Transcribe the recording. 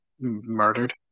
murdered